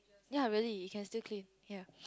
ya really it can still clean ya